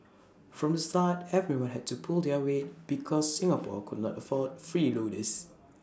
from the start everyone had to pull their weight because Singapore could not afford freeloaders